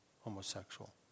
homosexual